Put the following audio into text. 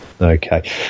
Okay